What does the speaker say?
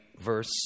verse